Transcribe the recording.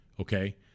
okay